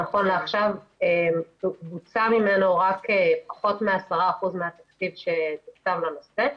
נכון לעכשיו בוצע ממנו רק פחות מ-10% מהתקציב שתוקצב לנושא.